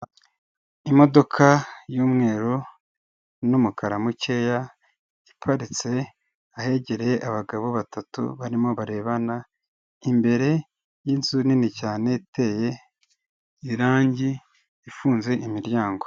Imodoka y'umweru n'umukara mukeya iparitse ahegereye abagabo batatu barimo barebana, imbere y'inzu nini cyane iteye irangi, ifunze imiryango.